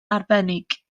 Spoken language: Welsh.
arbennig